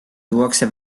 tuuakse